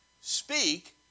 Speak